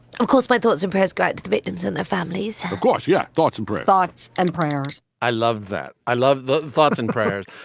of course, my thoughts and prayers go out to the victims and their families. of course. yeah. thoughts and but thoughts and prayers i love that. i love the thoughts and prayers.